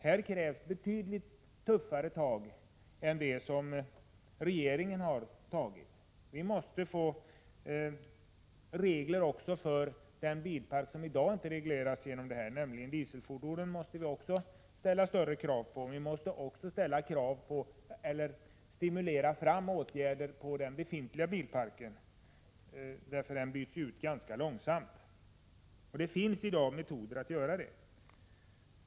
Här krävs det betydligt tuffare tag än dem som regeringen tagit. Vi måste få regler för den bilpark som i dag inte regleras, nämligen dieselfordonen. Vi måste också ställa krav på — eller stimulera fram — åtgärder när det gäller den befintliga bilparken; den byts ju ut ganska långsamt. Det finns metoder i dag för att göra detta.